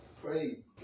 praise